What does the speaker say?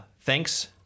Thanks